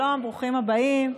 שלום, ברוכים הבאים.